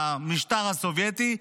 במשטר הסובייטי,